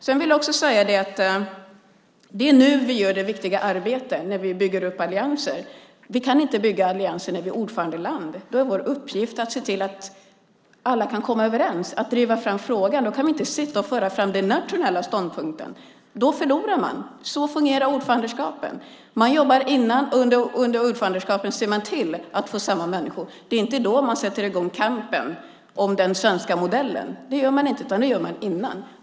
Jag vill också säga att det är nu vi gör det viktiga arbetet att bygga upp allianser. Vi kan inte bygga allianser när vi är ordförandeland. Då är vår uppgift att se till att alla kan komma överens och att driva fram frågan. Då kan vi inte sitta och föra fram den nationella ståndpunkten. Då förlorar vi. Så fungerar ordförandeskapen: Man jobbar innan, och under ordförandeskapen ser man till att få samman människor. Det är inte då man sätter i gång kampen för den svenska modellen; det gör man innan.